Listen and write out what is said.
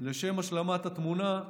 לשם השלמת התמונה,